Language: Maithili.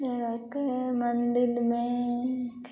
जाके मन्दिरमे